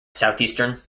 southeastern